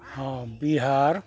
ᱦᱮᱸ ᱵᱤᱦᱟᱨ